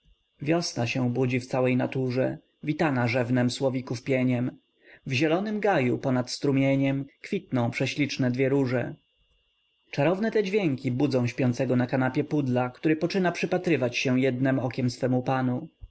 wiosna się budzi w całej naturze witana rzewnem słowików pieniem w zielonym gaju ponad strumieniem kwitną prześliczne dwie róże czarowne te dźwięki budzą śpiącego na kanapie pudla który poczyna przypatrywać się jednem okiem swemu panu